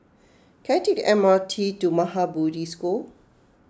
can I take M R T to Maha Bodhi School